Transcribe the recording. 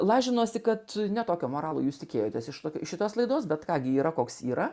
lažinuosi kad ne tokio moralo jūs tikėjotės iš šitos laidos bet ką gi yra koks yra